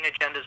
agendas